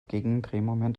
gegendrehmoment